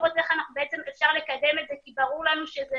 לראות איך אפשר לקדם את זה כי ברור לנו שזה